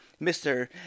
Mr